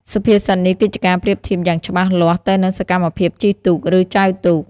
សុភាសិតនេះគឺជាការប្រៀបធៀបយ៉ាងច្បាស់លាស់ទៅនឹងសកម្មភាពជិះទូក ឬចែវទូក។